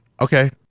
Okay